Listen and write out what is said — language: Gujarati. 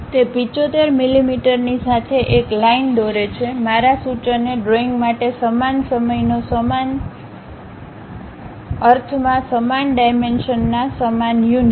તે 75 મીમીની સાથે એક લાઈનદોરે છે મારા સૂચન એ ડ્રોઈંગ માટે સમાન સમયનો સમાન સમય છે અર્થમાં સમાન ડાઇમેંશનના સમાન યુનિટ